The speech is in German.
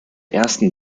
ersten